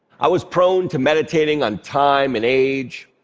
i was prone to meditating on time and age.